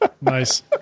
Nice